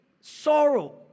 sorrow